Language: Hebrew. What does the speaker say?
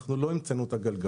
אנחנו לא המצאנו פה את הגלגל,